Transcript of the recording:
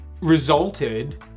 resulted